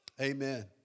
Amen